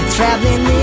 Traveling